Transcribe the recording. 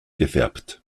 gefärbt